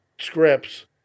scripts